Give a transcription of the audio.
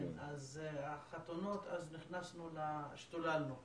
כן, החתונות, אז השתוללנו קצת,